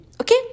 Okay